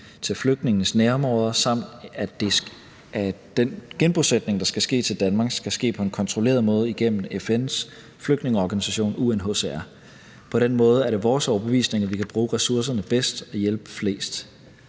til flygtningenes nærområder, samt at den genbosætning, der skal ske, til Danmark, skal ske på en kontrolleret måde igennem FN's flygtningeorganisation UNHCR. På den måde er det vores overbevisning at vi kan bruge ressourcerne bedst og hjælpe flest.